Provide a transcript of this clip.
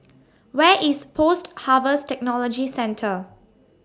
Where IS Post Harvest Technology Centre